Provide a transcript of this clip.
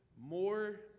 more